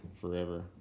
forever